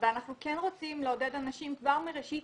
אנחנו כן רוצים לעודד אנשים כבר מראשית